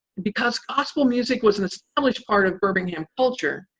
because gospel music was an established part of birmingham culture,